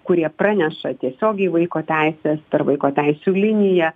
kurie praneša tiesiogiai į vaiko teises per vaiko teisių liniją